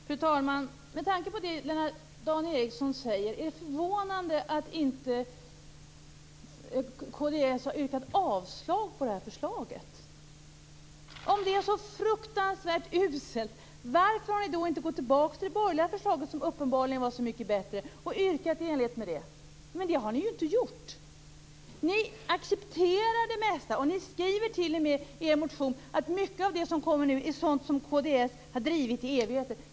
Fru talman! Med tanke på det som Dan Ericsson säger är det förvånande att inte Kristdemokraterna har yrkat avslag på det här förslaget. Om det är så fruktansvärt uselt, varför har ni då inte gått tillbaka till det borgerliga förslaget som uppenbarligen var så mycket bättre och yrkat i enlighet med det? Det har ni ju inte gjort. Ni accepterar det mesta och skriver t.o.m. i er motion av mycket av det som nu kommer är sådant som Kristdemokraterna har drivit i evigheter.